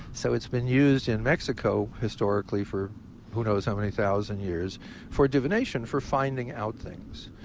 so it's been used in mexico historically for who knows how many thousand years for divination for finding out things.